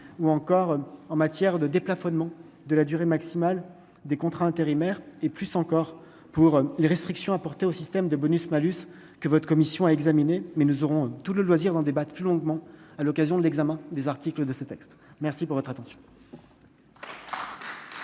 ou encore en matière de déplafonnement de la durée maximale des contrats intérimaires et plus encore pour les restrictions apportées au système de bonus malus que votre commission a examiné, mais nous aurons tout le loisir d'en débattre plus longuement à l'occasion de l'examen des articles de ce texte, merci pour votre attention. La parole est